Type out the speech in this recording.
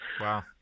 Wow